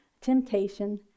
Temptation